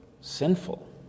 sinful